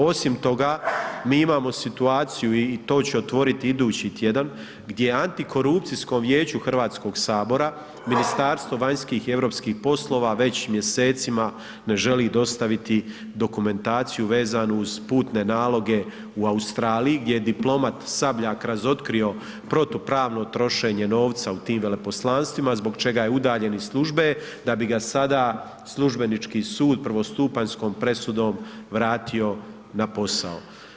Osim toga mi imamo situaciju i to ću otvoriti idući tjedan gdje antikorupcijskom vijeću Hrvatskog sabora, Ministarstvo vanjskih i europskih poslova već mjesecima ne želi dostaviti dokumentaciju vezanu uz putne naloge u Australiji gdje je diplomat Sabljak razotkrio protupravno trošenje novca u tim veleposlanstvima zbog čega je udaljen iz službe da bi ga sada Službenički sud prvostupanjskom presudom vratio na posao.